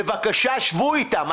בבקשה, תשבו איתם.